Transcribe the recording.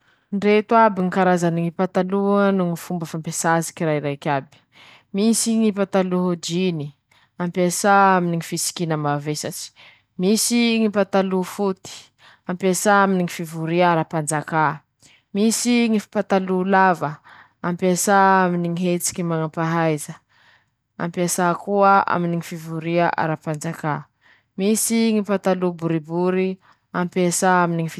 Reto aby moa ñy karazam-pinga misy an-dakoziny añy: -Misy ñy finga fihinana, -Misy ñy finga fasia salady, -Misy ñy finga fiketreha, -Misy ñy finga fanaova patisiera, -Misy ñy finga fasia vera -Misy koa ñy finga fasia voan-kazo, -Misy ñy finga fasia sambôsa manahaky ñy sandoitsy ñy pizza.